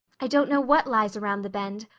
i don't know what lies around the bend,